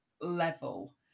level